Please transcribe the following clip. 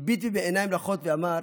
הביט בי בעיניים לחות ואמר: